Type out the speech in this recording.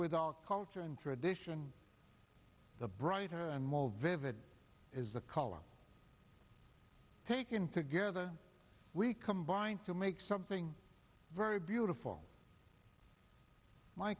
with our culture and tradition the brighter and more vivid is the color taken together we combine to make something very beautiful my